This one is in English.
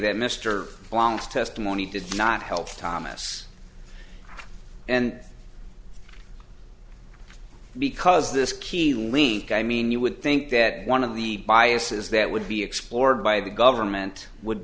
that mr long's testimony did not help thomas and because this key link i mean you would think that one of the biases that would be explored by the government would